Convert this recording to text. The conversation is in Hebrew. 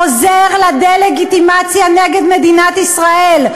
עוזר לדה-לגיטימציה נגד מדינת ישראל.